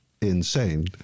insane